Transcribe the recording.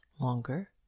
longer